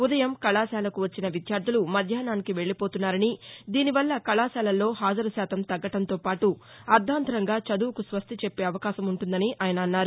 ఉదయం కళాశాలకు వచ్చిన విద్యార్థులు మధ్యాహ్నీనికి వెల్లిపోతున్నారని దీనివల్ల కళాశాలల్లో హాజరుశాతం తగ్గడంతోపాటు అర్దాంతరంగా చదువుకు స్వస్తి చెప్పే అవకాశం ఉంటుందని ఆయన అన్నారు